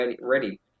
ready